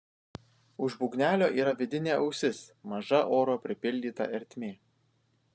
už būgnelio yra vidinė ausis maža oro pripildyta ertmė